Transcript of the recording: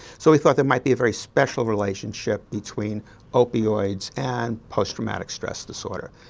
so we thought there might be a very special relationship between opioids and post-traumatic stress disorder.